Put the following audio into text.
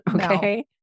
Okay